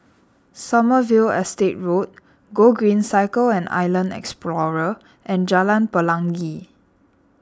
Sommerville Estate Road Gogreen Cycle and Island Explorer and Jalan Pelangi